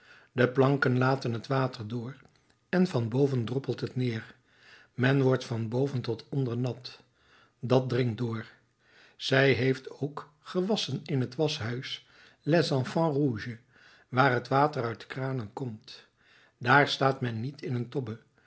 de planken laten t water door en van boven droppelt het neer men wordt van boven tot onder nat dat dringt door zij heeft ook gewasschen in t waschhuis les enfants rouges waar het water uit kranen komt daar staat men niet in een tobbe